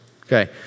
okay